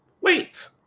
wait